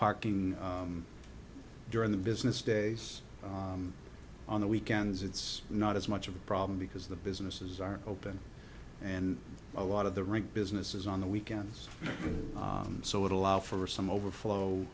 parking during the business days on the weekends it's not as much of a problem because the businesses are open and a lot of the rink business is on the weekends so it allows for some overflow